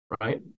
right